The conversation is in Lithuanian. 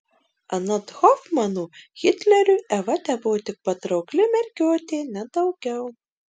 anot hofmano hitleriui eva tebuvo tik patraukli mergiotė ne daugiau